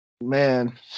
man